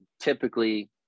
typically